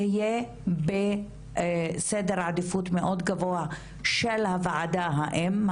יהיה בסדר עדיפות מאוד גבוה של וועדת האם,